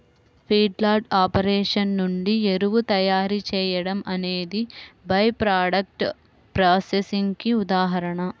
feedlot operation నుండి ఎరువు తయారీ చేయడం అనేది బై ప్రాడక్ట్స్ ప్రాసెసింగ్ కి ఉదాహరణ